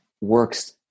works